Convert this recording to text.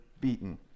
beaten